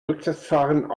rückwärtsfahren